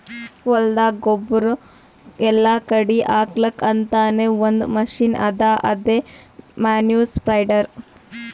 ಹೊಲ್ದಾಗ ಗೊಬ್ಬುರ್ ಎಲ್ಲಾ ಕಡಿ ಹಾಕಲಕ್ಕ್ ಅಂತಾನೆ ಒಂದ್ ಮಷಿನ್ ಅದಾ ಅದೇ ಮ್ಯಾನ್ಯೂರ್ ಸ್ಪ್ರೆಡರ್